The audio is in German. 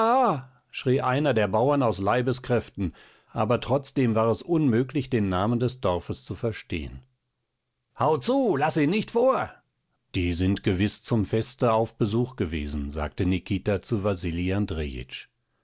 schrie einer der bauern aus leibeskräften aber trotzdem war es unmöglich den namen des dorfes zu verstehen hau zu laß sie nicht vor die sind gewiß zum feste auf besuch gewesen sagte nikita zu wasili